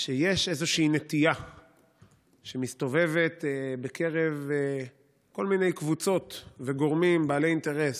שיש איזושהי נטייה שמסתובבת בקרב כל מיני קבוצות וגורמים בעלי אינטרס,